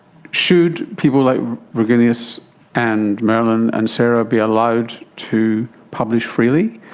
should people like virginijus and merlin and sara be allowed to publish freely,